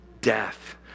death